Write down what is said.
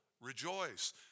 rejoice